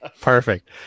perfect